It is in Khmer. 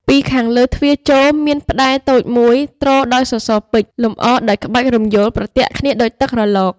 ពីខាងលើទ្វារចូល មាន ផ្តែរតូចមួយ ទ្រដោយសសរពេជ្រ លម្អដោយ ក្បាច់រំយោលប្រទាក់គ្នាដូចទឹករលក។